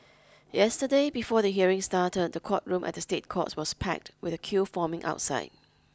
yesterday before the hearing started the courtroom at the State Courts was packed with a queue forming outside